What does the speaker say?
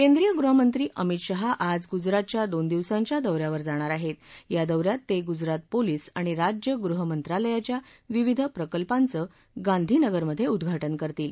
केंद्रीय गृहमंत्री अमित शहा आज गुजरातच्या दोन दिवसांच्या दौऱ्यावर जाणार आहेत या दौऱ्यात ते गुजरात पोलीस आणि राज्यगृहमंत्रालयाच्या विविध प्रकल्पाचं गाधीनगरमधे उद्घाटन करतील